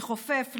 לכופף,